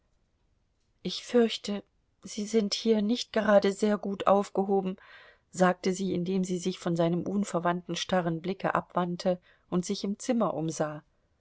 ich fürchte sie sind hier nicht gerade sehr gut aufgehoben sagte sie indem sie sich von seinem unverwandten starren blicke abwandte und sich im zimmer umsah